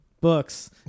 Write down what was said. books